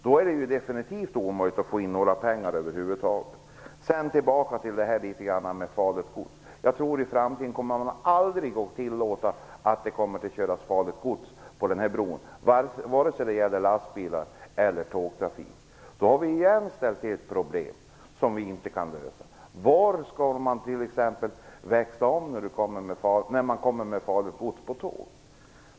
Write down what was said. Då blir det ju definitivt omöjligt att få in några pengar över huvud taget. Jag vill gå tillbaka litet grand till detta med farligt gods. Jag tror att det i framtiden aldrig kommer att tillåtas att det körs farligt gods på bron, vare sig det gäller lastbilar eller tåg. Då har vi återigen ställt till med problem som vi inte kan lösa. Var skall man t.ex. växla om när man kommer med farligt gods på tåg?